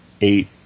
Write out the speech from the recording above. eight